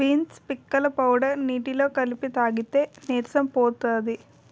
beans పిక్కల powder నీటిలో కలిపి తాగితే నీరసం పోతది